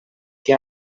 que